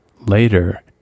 later